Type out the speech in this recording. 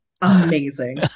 amazing